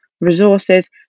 resources